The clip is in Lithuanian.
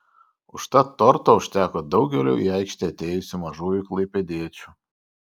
užtat torto užteko daugeliui į aikštę atėjusių mažųjų klaipėdiečių